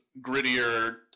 grittier